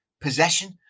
possession